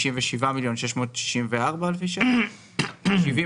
57.664 מיליון שקלים,